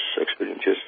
experiences